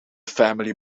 family